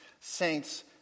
saints